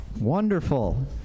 wonderful